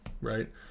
right